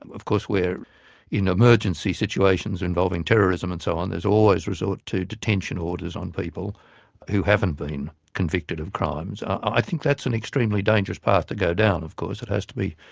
of course in emergency situations involving terrorism and so on there's always resort to detention orders on people who haven't been convicted of crimes. i think that's an extremely dangerous path to go down, of course. it has to be